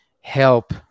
help